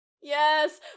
Yes